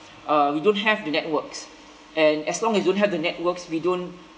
uh we don't have the networks and as long as don't have the networks we don't